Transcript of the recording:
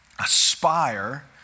Aspire